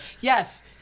Yes